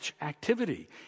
activity